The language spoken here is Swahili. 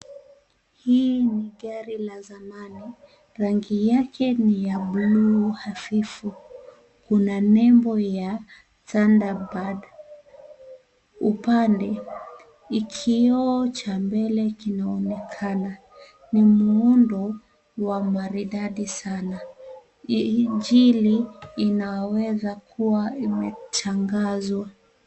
Hii ni gari la zamani. Rangi yake ni ya buluu hafifu. Kuna nembo ya Thunderbird. Upande kioo cha mbele kinaonekana. Ni muundo maridadi sana. Ingini inaweza kuwa imetandazwa.